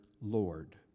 Lord